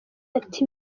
ati